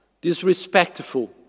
disrespectful